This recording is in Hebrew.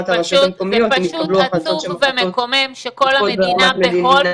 זה פשוט עצוב ומקומם שכל המדינה בהולד